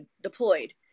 deployed